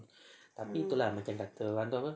tapi tu lah macam kata orang tu apa